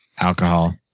Alcohol